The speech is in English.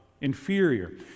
inferior